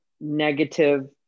negative